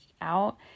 out